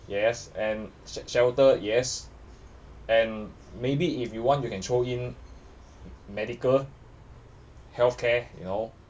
yes and sh~ shelter yes and maybe if you want you can throw in medical healthcare you know